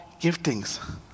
giftings